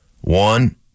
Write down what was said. One